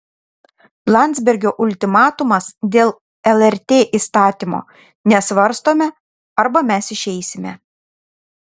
landsbergio ultimatumas dėl lrt įstatymo nesvarstome arba mes išeisime